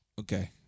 Okay